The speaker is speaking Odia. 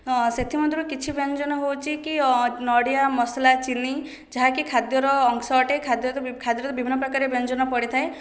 ହଁ ସେଥି ମଧ୍ୟରୁ କିଛି ବ୍ୟଞ୍ଜନ ହେଉଛି କି ନଡ଼ିଆ ମସଲା ଚିନି ଯାହାକି ଖାଦ୍ୟର ଅଂଶ ଅଟେ ଖାଦ୍ୟରେ ବିଭିନ୍ନପ୍ରକାର ବ୍ୟଞ୍ଜନ ପଡ଼ିଥାଏ